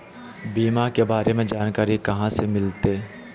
बीमा के बारे में जानकारी कहा से मिलते?